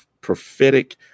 prophetic